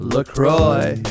LaCroix